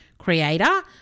creator